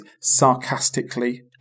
sarcastically